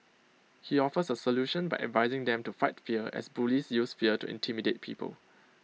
she offers A solution by advising them to fight fear as bullies use fear to intimidate people